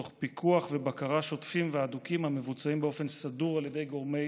תוך פיקוח ובקרה שוטפים והדוקים המבוצעים באופן סדור על ידי גורמי